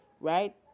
Right